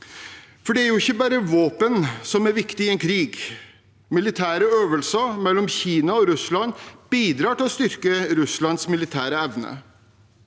For det er ikke bare våpen som er viktig i en krig. Militære øvelser mellom Kina og Russland bidrar til å styrke Russlands militære evne.